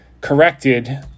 corrected